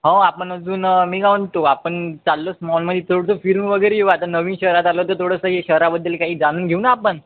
हो आपण अजून मी का म्हणतो आपण चाललोच मॉलमध्ये थोडंसं फिरून वगैरे येऊ आता नवीन शहरात आलं तर थोडंसं हे शहराबद्दल काही जाणून घेऊ ना आपण